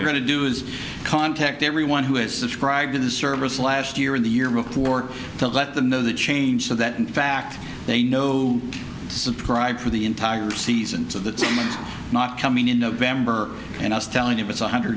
going to do is contact everyone who has subscribed to the service last year in the year before to let them know the change so that in fact they know surprise for the entire season to the team not coming in november and i was telling you it's one hundred